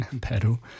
pedal